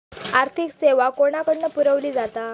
आर्थिक सेवा कोणाकडन पुरविली जाता?